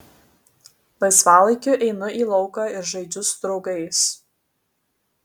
laisvalaikiu einu į lauką ir žaidžiu su draugais